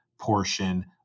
portion